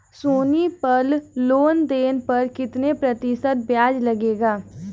सोनी पल लोन लेने पर कितने प्रतिशत ब्याज लगेगा?